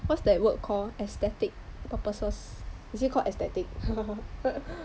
what's that word call aesthetic purposes is it called aesthetic